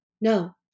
No